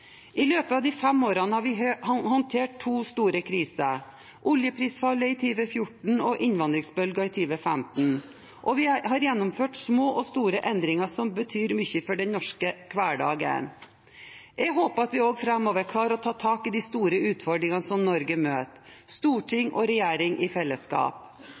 I løpet av de fem årene har vi håndtert to store kriser: oljeprisfallet i 2014 og innvandringsbølgen i 2015, og vi har gjennomført små og store endringer som betyr mye for den norske hverdagen. Jeg håper at vi også framover klarer å ta tak i de store utfordringene som Norge møter – storting og regjering i fellesskap.